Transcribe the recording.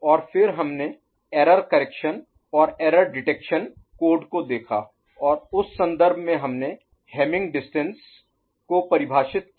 और फिर हमने एरर करेक्शन Error Correction त्रुटि सुधार और एरर डिटेक्शन Error Detection त्रुटि पहचान कोड को देखा और उस संदर्भ में हमने Hamming distance Hamming Distance Hamming दूरी को परिभाषित किया